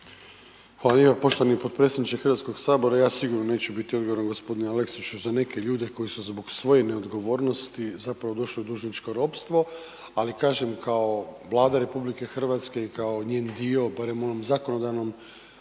lijepo poštovani potpredsjedniče Hrvatskog sabora. Ja sigurno neću biti odgovoran g. Aleksiću za neke ljude koji su zbog svoje neodgovornosti zapravo došli u dužničko ropstvo ali kažem, kao Vlada RH i kao njen dio, barem u onom zakonodavnom